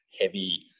heavy